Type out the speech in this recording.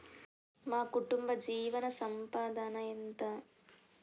మా కుటుంబ జీవన సంపాదన ఎంత?